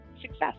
success